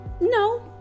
No